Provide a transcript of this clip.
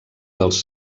dels